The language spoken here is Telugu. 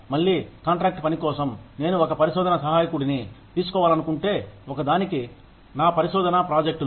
మళ్లీ కాంట్రాక్ట్ పని కోసం నేను ఒక పరిశోధన సహాయకుడిని తీసుకోవాలనుకుంటే ఒకదానికి నా పరిశోధనా ప్రాజెక్టులు